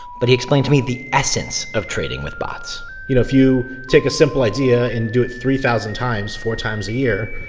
but he explained to me the essence of trading with bots you know, if you take a simple idea and do it three thousand times four times a year,